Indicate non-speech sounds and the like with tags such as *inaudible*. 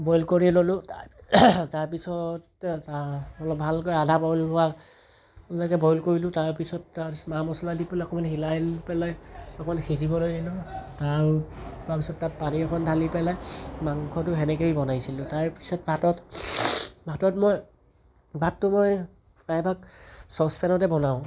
boil কৰি ল'লো তাৰপিছত অলপ ভালকৈ আধা বইল হোৱা এনেকৈ বইল কৰিলোঁ তাৰপিছত *unintelligible* মা মছলা অলপ দি পেলাই অকণমান হিলাই পেলাই অকণমান সিজিবলৈ দিলোঁ আৰু তাৰপিছত তাত পানী অকণমান অলপ ঢালি পেলাই মাংসটো সেনেকেই বনাইছিলোঁ তাৰপিছত ভাতত ভাতত মই ভাতটো মই প্ৰায়ভাগ চ'চপেনতে বনাওঁ